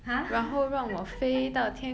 !huh!